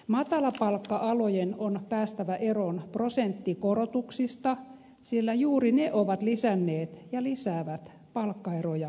matalapalkka alojen on päästävä eroon prosenttikorotuksista sillä juuri ne ovat lisänneet ja lisäävät palkkaeroja suomessa